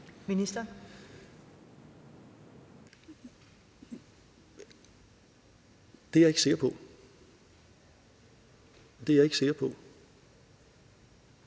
Det er jeg ikke sikker på – det er jeg ikke sikker på.